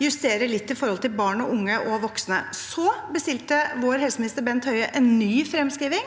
justere litt med tanke på barn og unge og voksne. Så bestilte vår helseminister, Bent Høie, en ny fremskriving